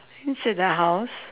inside the house